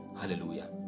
Hallelujah